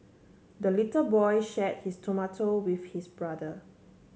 the little boy shared his tomato with his brother